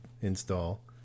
install